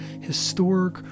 historic